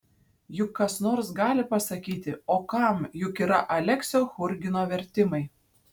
juk kas nors gali pasakyti o kam juk yra aleksio churgino vertimai